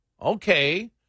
Okay